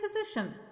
position